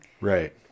right